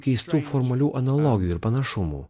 keistų formalių analogijų ir panašumų